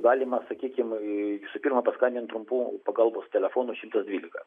galima sakykim visų pirma paskambint trumpu pagalbos telefonu šimtas dvylika